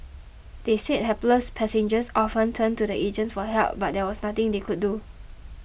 they said hapless passengers often turned to the agents for help but there was nothing they could do